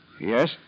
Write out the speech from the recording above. Yes